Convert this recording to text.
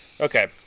Okay